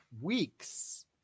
weeks